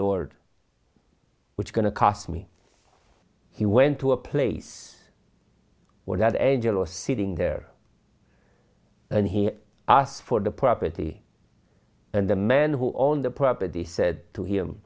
lord which going to cost me he went to a place where that angela sitting there and he asked for the property and the man who owned the property said to him